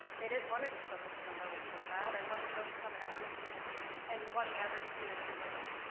they didn't wanna just focus on their lowest quartile, they wanted to focus on every student and wanting every student to move.